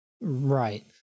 Right